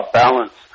balance